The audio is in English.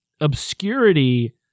Obscurity